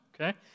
okay